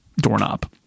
doorknob